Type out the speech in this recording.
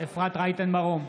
אפרת רייטן מרום,